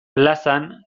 plazan